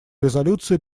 резолюции